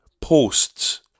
posts